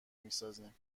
میسازیم